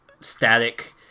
static